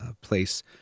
place